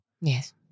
Yes